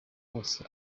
bose